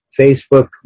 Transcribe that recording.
Facebook